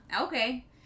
okay